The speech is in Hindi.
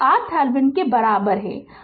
अब एक उदाहरण लेते हैं